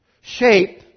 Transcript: shape